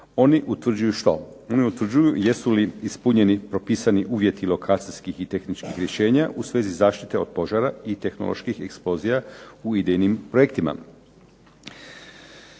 Oni utvrđuju što? Oni utvrđuju jesu li ispunjeni propisani uvjeti lokacijskih i tehničkih rješenja u svezi zaštite od požara i tehnoloških eksplozija u idejnim projektima.